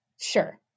sure